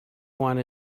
want